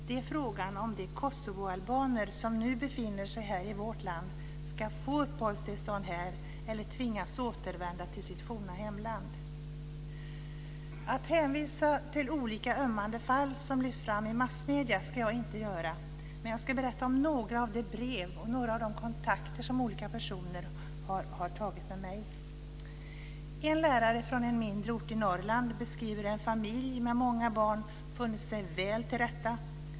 Det är frågan om de kosovoalbaner som nu befinner sig här i vårt land ska få uppehållstillstånd här eller tvingas återvända till sitt forna hemland. Jag ska inte hänvisa till olika ömmande fall som lyfts fram i massmedierna. Men jag ska berätta om några av de brev jag fått och några av de kontakter som olika personer har tagit med mig. En lärare från en mindre ort i Norrland beskriver hur en familj med många barn funnit sig väl tillrätta.